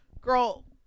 girl